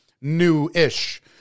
new-ish